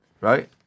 right